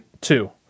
two